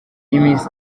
y’iminsi